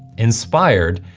inspired,